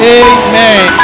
amen